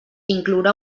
inclourà